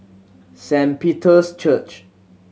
Saint Peter's Church